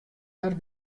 har